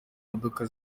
modoka